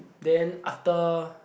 then after